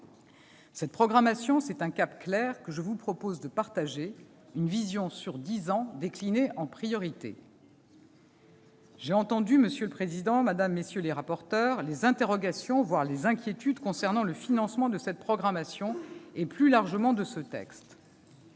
Cette programmation, c'est un cap clair que je vous propose de partager, une vision sur dix ans, déclinée en priorités. J'ai entendu, monsieur le président de la commission, madame, monsieur les rapporteurs, les interrogations, voire les inquiétudes concernant le financement de cette programmation et, plus largement, de ce texte